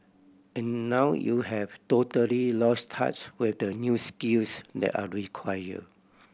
and now you have totally lost touch with the new skills that are require